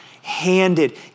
handed